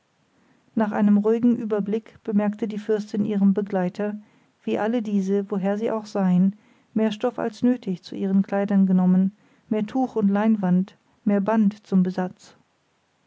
nach einem ruhigen überblick bemerkte die fürstin ihrem begleiter wie alle diese woher sie auch seien mehr stoff als nötig zu ihren kleidern genommen mehr tuch und leinwand mehr band zum besatz